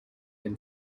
been